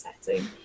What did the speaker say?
setting